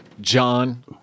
John